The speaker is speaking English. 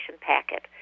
packet